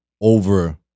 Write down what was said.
over